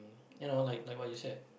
ya lor like like what you said